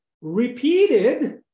repeated